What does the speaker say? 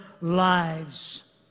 lives